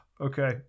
okay